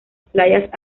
playas